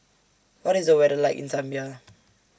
What IS The weather like in Zambia